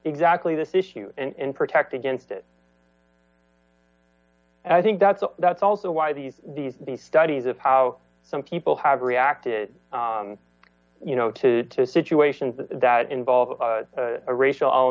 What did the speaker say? exactly this issue and protect against it i think that's so that's also why these these these studies of how some people have reacted you know to to situations that involve a racial